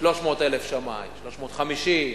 300,000 שמאי, 350,000,